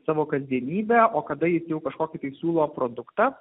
savo kasdienybę o kada jis jau kažkokį tai siūlo produktą